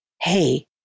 Hey